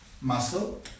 muscle